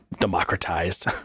democratized